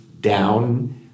down